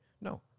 no